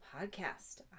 podcast